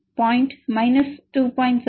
67 1